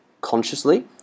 consciously